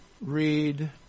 Read